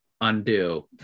undo